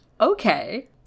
Okay